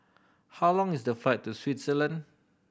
how long is the flight to Switzerland